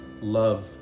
love